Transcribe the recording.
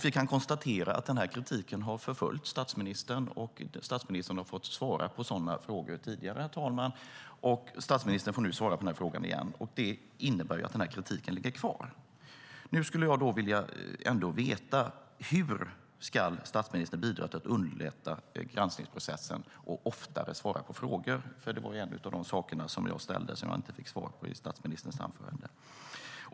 Vi kan konstatera att den kritiken har förföljt statsministern, och statsministern har fått svara på sådana frågor tidigare, herr talman. Statsministern får nu svara på frågan igen, och det innebär att kritiken ligger kvar. Nu skulle jag ändå vilja veta: Hur ska statsministern bidra till att underlätta granskningsprocessen och oftare svara på frågor? Det var en av de frågor som jag ställde som jag inte fick svar på i statsministerns anförande.